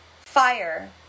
Fire